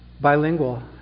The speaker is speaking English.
bilingual